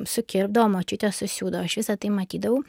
sukirpdavo močiutė susiūdavo aš visa tai matydavau